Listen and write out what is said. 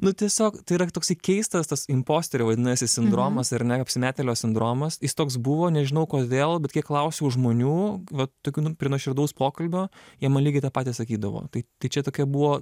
nu tiesiog tai yra toksai keistas tas imposterio vadinasi sindromas ir apsimetėlio sindromas jis toks buvo nežinau kodėl bet kiek klausiau žmonių va tokių nu prie nuoširdaus pokalbio jie man lygiai tą patį sakydavo tai tai čia tokia buvo